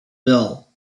bill